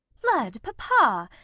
lud! pappa!